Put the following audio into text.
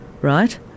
right